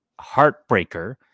heartbreaker